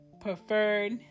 Preferred